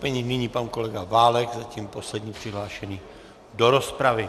Nyní pan kolega Válek, zatím poslední přihlášený do rozpravy.